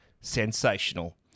sensational